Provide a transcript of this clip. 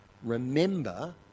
Remember